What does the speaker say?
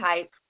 type